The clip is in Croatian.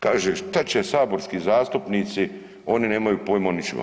Kaže šta će saborski zastupnici, oni nemaju poima o ničemu.